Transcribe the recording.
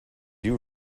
you